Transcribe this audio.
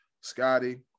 Scotty